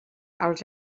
als